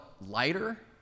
lighter